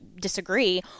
disagree